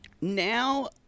Now